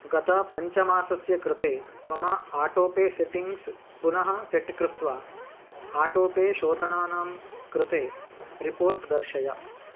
गतपञ्चमासस्य कृते मम autopay settings पुनः सेट् कृत्वा आटोपे शोधनानां कृते रिपोर्ट् दर्शय